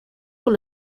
con